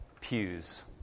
pews